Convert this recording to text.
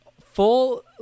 full